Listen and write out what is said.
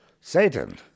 Satan